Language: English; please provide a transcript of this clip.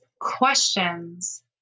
questions